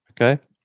Okay